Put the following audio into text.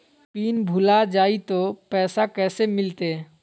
Pin भूला जाई तो पैसा कैसे मिलते?